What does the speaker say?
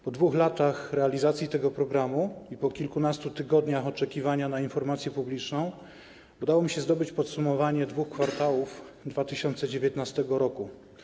Po 2 latach realizacji tego programu i po kilkunastu tygodniach oczekiwania na informację publiczną udało mi się zdobyć podsumowanie 2 kwartałów 2019 r.